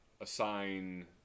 assign